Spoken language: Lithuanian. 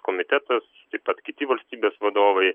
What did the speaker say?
komitetas taip pat kiti valstybės vadovai